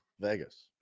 Vegas